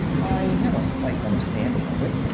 i have a slight understanding of it.